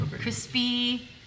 crispy